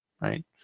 right